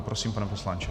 Prosím, pane poslanče.